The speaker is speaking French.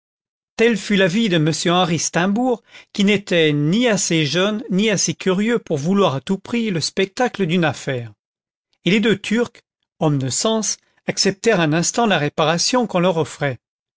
tel fut l'avis de m henri steimbourg qui n'était ni assez jeune ni assez curieux pour vouloir à tout prix le spectacle d'une affaire et les deux turcs hommes de sens acceptèrent un instant la réparation qu'on leur offrait